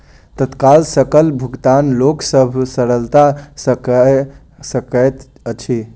तत्काल सकल भुगतान लोक सभ सरलता सॅ कअ सकैत अछि